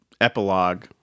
epilogue